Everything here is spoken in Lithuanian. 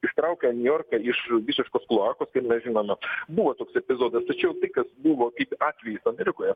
ištraukė niujorką iš visiškos kloakos kaip mes žinome buvo toks epizodas tačiau tai kas buvo atvejis amerikoje